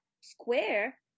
square